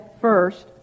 first